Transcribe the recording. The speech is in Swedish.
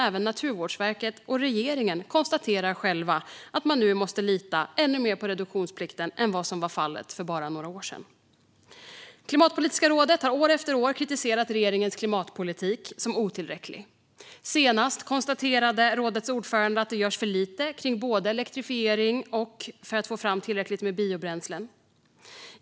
Även Naturvårdsverket och regeringen konstaterar att man nu måste lita ännu mer på reduktionsplikten än vad som var fallet för bara några år sedan. Klimatpolitiska rådet har år efter år kritiserat regeringens klimatpolitik som otillräcklig. Senast konstaterade rådets ordförande att det görs för lite både kring elektrifiering och för att få fram tillräckligt med biobränslen.